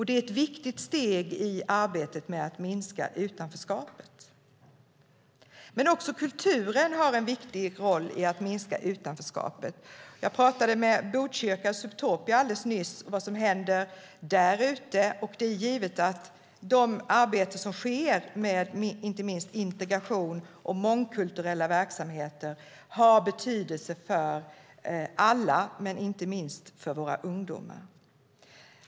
Det är ett viktigt steg i arbetet med att minska utanförskapet. Också kulturen har en viktig roll i att minska utanförskapet. Jag pratade med Botkyrkas Subtopia alldeles nyss om vad som händer där ute. Det är givet att det arbete som sker med inte minst integration och mångkulturella verksamheter har betydelse för alla, inte minst för våra ungdomar.